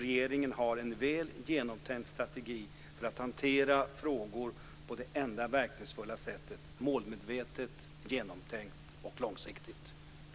Regeringen har en väl genomtänkt strategi för att hantera frågorna på det enda verkningsfulla sättet: målmedvetet, genomtänkt och långsiktigt.